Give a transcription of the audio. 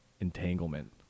entanglement